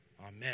Amen